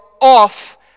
off